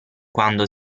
quando